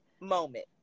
moment